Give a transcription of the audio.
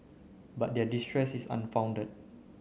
but their distress is unfounded